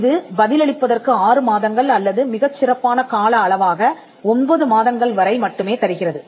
இது பதிலளிப்பதற்கு ஆறு மாதங்கள் அல்லது மிகச்சிறப்பான கால அளவாக 9 மாதங்கள் வரை மட்டுமே தருகிறது